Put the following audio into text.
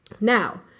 Now